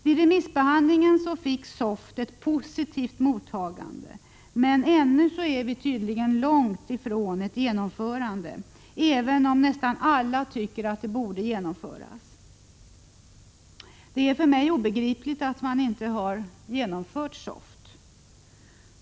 Vid remissbehandlingen fick SOFT ett positivt mottagande, men ännu är vi tydligen långt från ett genomförande, trots att nästan alla tycker att SOFT borde införas. Det är för mig obegripligt att man inte har infört SOFT.